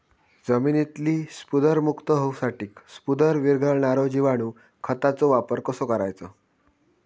जमिनीतील स्फुदरमुक्त होऊसाठीक स्फुदर वीरघळनारो जिवाणू खताचो वापर कसो करायचो?